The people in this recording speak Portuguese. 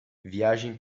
viagem